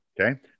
Okay